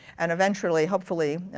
and eventually, hopefully,